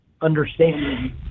understanding